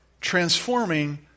transforming